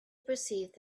perceived